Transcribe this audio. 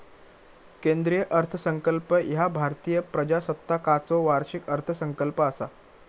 केंद्रीय अर्थसंकल्प ह्या भारतीय प्रजासत्ताकाचो वार्षिक अर्थसंकल्प असा